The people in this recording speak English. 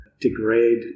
degrade